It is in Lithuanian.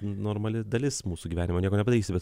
normali dalis mūsų gyvenimo nieko nepadarsyi bet